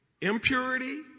impurity